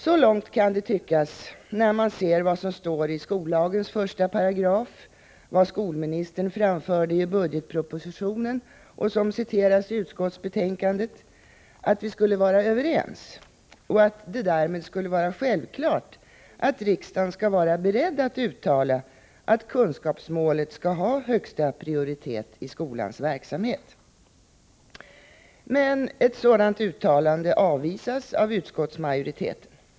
Så långt kan det tyckas — när man ser vad som står i skollagens 1 § och vad skolministern framförde i budgetpropositionen, vilket citeras i utskottsbetänkandet — att vi skulle vara överens och att det därmed skulle vara självklart att riksdagen skulle vara beredd att uttala att kunskapsmålet skall ha högsta prioritet i skolans verksamhet. Men ett sådant uttalande avvisas av utskottsmajoriteten.